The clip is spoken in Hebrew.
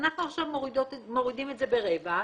אנחנו עכשיו מורידים את זה ברבע,